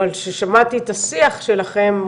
אבל ששמעתי את השיח שלכם,